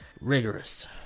rigorous